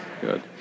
Good